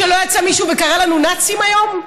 שלא יצא מישהו וקרא לנו "נאצים" היום?